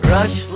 Rush